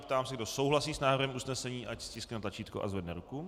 Ptám se, kdo souhlasí s návrhem usnesení, ať stiskne tlačítko a zvedne ruku.